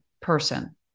person